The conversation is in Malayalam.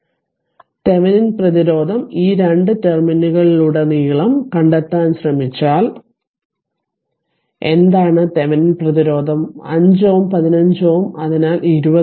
തെവെനിൻ പ്രതിരോധം ഈ 2 ടെർമിനലുകളിലുടനീളം കണ്ടെത്താൻ ശ്രമിച്ചാൽ എന്താണ് തെവെനിൻ പ്രതിരോധം 5 Ω 15 Ω അതിനാൽ 20Ω